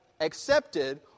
accepted